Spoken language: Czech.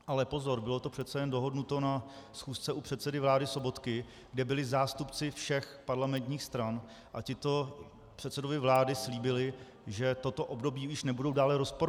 Ale pozor, bylo to přece jen dohodnuto na schůzce u předsedy vlády Sobotky, kde byli zástupci všech parlamentních stran, a ti to předsedovi vlády slíbili, že toto období už nebudou dále rozporovat.